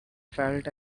felt